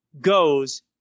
goes